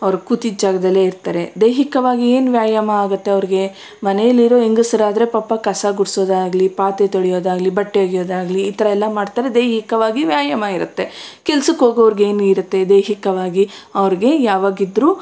ಅವರು ಕೂತಿದ್ದ ಜಾಗದಲ್ಲೇ ಇರ್ತಾರೆ ದೈಹಿಕವಾಗಿ ಏನು ವ್ಯಾಯಾಮ ಆಗುತ್ತೆ ಅವ್ರಿಗೆ ಮನೆಲ್ಲಿರುವ ಹೆಂಗಸರಾದ್ರೆ ಪಾಪ ಕಸ ಗುಡಿಸೋದಾಗ್ಲಿ ಪಾತ್ರೆ ತೊಳೆಯೋದಾಗಲಿ ಬಟ್ಟೆ ಒಗೆಯೋದಾಗಲಿ ಈ ಥರ ಎಲ್ಲ ಮಾಡ್ತಾರೆ ದೈಹಿಕವಾಗಿ ವ್ಯಾಯಾಮ ಇರುತ್ತೆ ಕೆಲ್ಸಕ್ಕೊಗೋವ್ರಿಗೆ ಏನಿರುತ್ತೆ ದೈಹಿಕವಾಗಿ ಅವ್ರಿಗೆ ಯಾವಾಗಿದ್ರೂ